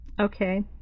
Okay